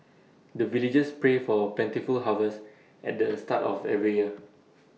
the villagers pray for plentiful harvest at the start of every year